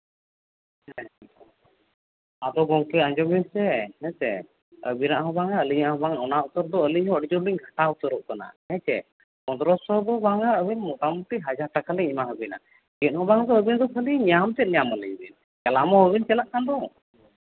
ᱦᱮᱸ ᱟᱫᱚ ᱜᱚᱝᱠᱮ ᱟᱸᱡᱚᱢ ᱵᱤᱱ ᱥᱮ ᱦᱮᱸᱥᱮ ᱟᱹᱵᱤᱱᱟᱜ ᱦᱚᱸ ᱵᱟᱝᱼᱟ ᱟᱹᱞᱤᱧᱟᱜ ᱦᱚᱸ ᱵᱟᱝᱼᱟ ᱚᱱᱟ ᱩᱛᱟᱹᱨ ᱫᱚ ᱟᱹᱞᱤᱧ ᱦᱚᱸ ᱟᱹᱰᱤ ᱡᱳᱨ ᱞᱤᱧ ᱜᱷᱟᱴᱟᱣ ᱩᱛᱟᱹᱨᱚᱜ ᱠᱟᱱᱟ ᱦᱮᱸᱥᱮ ᱯᱚᱱᱨᱚ ᱥᱚ ᱫᱚ ᱵᱟᱝᱼᱟ ᱟᱹᱞᱤᱧ ᱢᱳᱴᱟᱢᱩᱴᱤ ᱦᱟᱡᱟᱨ ᱴᱟᱠᱟᱞᱤᱧ ᱮᱢᱟ ᱟᱹᱵᱤᱱᱟ ᱪᱮᱫ ᱦᱚᱸ ᱵᱟᱝ ᱛᱚ ᱟᱹᱵᱤᱱ ᱧᱟᱢ ᱛᱮᱫ ᱧᱟᱢ ᱟᱹᱞᱤᱧ ᱵᱤᱱ ᱪᱟᱞᱟᱜ ᱢᱟ ᱵᱟᱹᱵᱤᱱ ᱪᱟᱞᱟᱜ ᱠᱟᱱ ᱫᱚ